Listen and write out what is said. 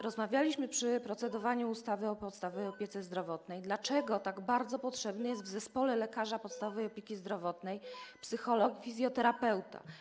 Rozmawialiśmy przy procedowaniu ustawy o podstawowej opiece zdrowotnej o tym, dlaczego tak bardzo potrzebny jest w zespole lekarza podstawowej opieki zdrowotnej psycholog i fizjoterapeuta.